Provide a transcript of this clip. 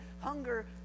Hunger